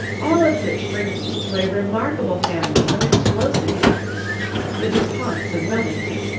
all of which brings me to a remarkable family of explosive makers the duponts of wilmington,